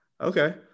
Okay